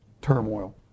Turmoil